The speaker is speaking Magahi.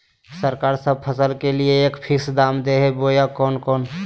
सरकार सब फसल के लिए एक फिक्स दाम दे है बोया कोनो कोनो?